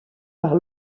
par